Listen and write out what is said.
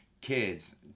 kids